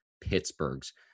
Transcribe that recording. Pittsburgh's